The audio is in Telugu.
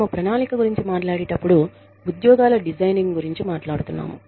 మనము ప్రణాళిక గురించి మాట్లాడేటప్పుడు ఉద్యోగాల డిజైనింగ్ గురించి మాట్లాడుతున్నాము